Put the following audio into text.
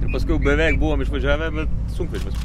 ir paskiau beveik buvom išvažiavę sunkvežimis